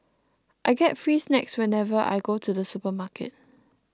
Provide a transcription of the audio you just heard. I get free snacks whenever I go to the supermarket